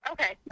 Okay